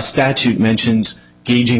statute mentions gaging